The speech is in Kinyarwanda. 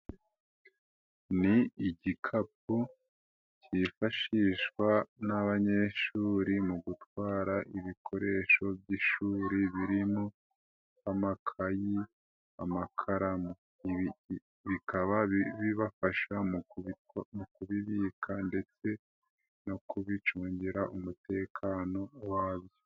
Ni igikapu cyifashishwa n'abanyeshuri mu gutwara ibikoresho by'ishuri birimo: amakayi, amakara ibi bikaba bibafasha mu kubibika ndetse no kubicungira umutekano wabyo.